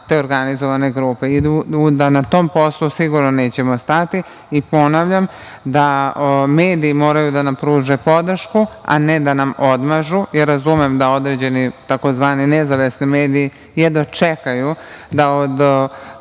te organizovane grupe i da na tom poslu sigurno nećemo stati. Ponavljam, mediji moraju da nam pruže podršku, a ne da nam odmažu. Razumem da određeni tzv. nezavisni mediji jedva čekaju da od